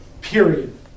period